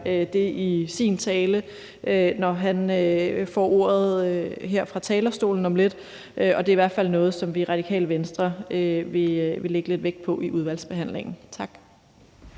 det i sin tale, når han får ordet her fra talerstolen om lidt. Det er i hvert fald noget, som vi i Radikale Venstre vil lægge lidt vægt på i udvalgsbehandlingen. Tak.